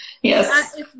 Yes